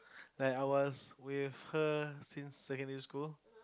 like I was with her since secondary school